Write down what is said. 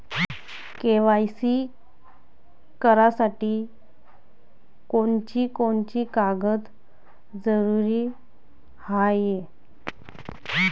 KYC करासाठी कोनची कोनची कागद जरुरी हाय?